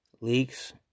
Leaks